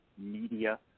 media